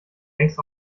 längst